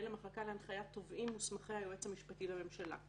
המחלקה להנחיית תובעים מוסמכי היועץ המשפטי לממשלה";